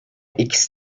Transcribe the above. ikisi